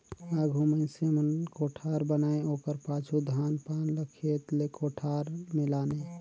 आघु मइनसे मन कोठार बनाए ओकर पाछू धान पान ल खेत ले कोठार मे लाने